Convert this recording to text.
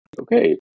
okay